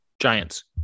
Giants